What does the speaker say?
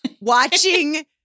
watching